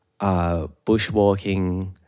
bushwalking